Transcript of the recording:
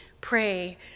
pray